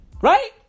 Right